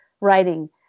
writing